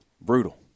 brutal